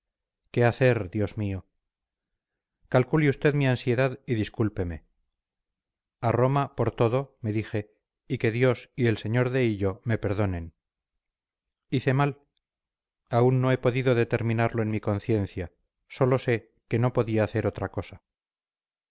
qué hacer dios mío calcule usted mi ansiedad y discúlpeme a roma por todo me dije y que dios y el sr de hillo me perdonen hice mal aún no he podido determinarlo en mi conciencia sólo sé que no podía hacer otra cosa